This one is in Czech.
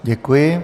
Děkuji.